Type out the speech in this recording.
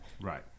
Right